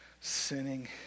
sinning